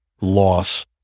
loss